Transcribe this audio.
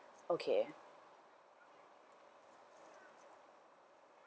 okay